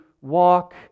walk